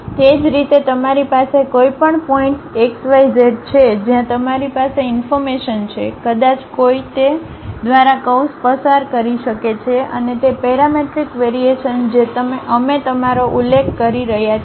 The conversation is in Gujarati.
તે જ રીતે તમારી પાસે કોઈપણ પોઇન્ટ્સ x y z છે જ્યાં તમારી પાસે ઇન્ફોર્મેશન છે કદાચ કોઈ તે દ્વારા કર્વ્સ પસાર કરી શકે છે અને તે પેરામેટ્રિક વેરીએશન જે અમે તમારો ઉલ્લેખ કરી રહ્યા છીએ